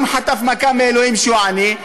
גם חטף מכה מאלוהים שהוא עני,